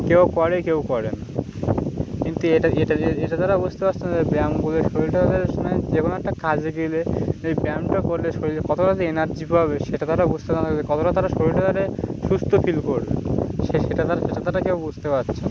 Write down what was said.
কেউ করে কেউ করে না কিন্তু এটা এটা যে এটা তারা বুঝতে পারছে না যে ব্যায়াম বলে শরীরটা তাদের যে কোনো একটা কাজে গেলে এই ব্যায়ামটা করলে শরীরে কতটা তাদের এনার্জি পাবে সেটা তারা বুঝতে না থাকলে কতটা তারা শরীরে তারা সুস্থ ফিল করবে সে সেটা তারা সেটা তারা কেউ বুঝতে পারছে না